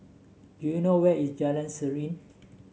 do you know where is Jalan Serene